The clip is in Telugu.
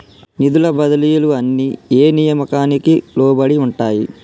నిధుల బదిలీలు అన్ని ఏ నియామకానికి లోబడి ఉంటాయి?